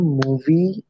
movie